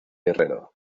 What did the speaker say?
herrero